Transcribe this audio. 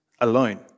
alone